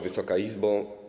Wysoka Izbo!